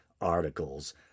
articles